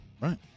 Right